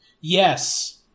Yes